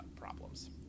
problems